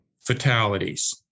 fatalities